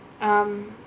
um